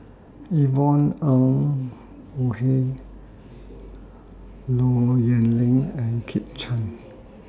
Yvonne Ng Uhde Low Yen Ling and Kit Chan